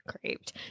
craved